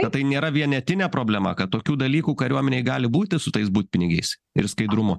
kad tai nėra vienetinė problema kad tokių dalykų kariuomenėj gali būti su tais butpinigiais ir skaidrumu